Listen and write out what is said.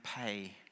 pay